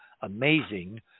amazing